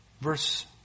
Verse